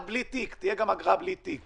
ותהיה גם אגרה בלי תיק